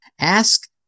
ask